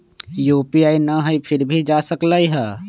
UPI न हई फिर भी जा सकलई ह?